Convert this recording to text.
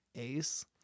ACE